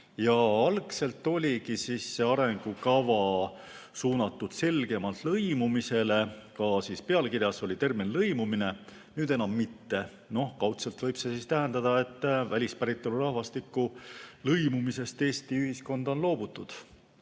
Algselt oligi see arengukava suunatud selgemalt lõimumisele, ka pealkirjas oli termin "lõimumine", nüüd enam mitte. Kaudselt võib see tähendada, et välispäritolu rahvastiku lõimumisest Eesti ühiskonda on loobutud